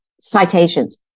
citations